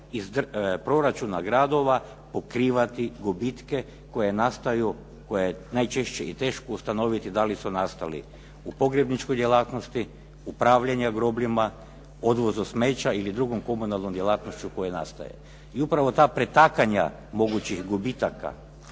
iz proračuna gradova pokrivati gubitke koji nastaje, koje je i najčešće i teško ustanoviti da li su nastali u pogrebničkkoj djelatnosti, u upravljanju grobljima, odvozu smeća ili drugom komunalnom djelatnošću koje nastaje. I upravo ta pretakanja mogućih gubitaka